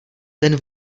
ten